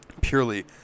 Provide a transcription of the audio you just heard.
purely